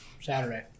Saturday